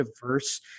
diverse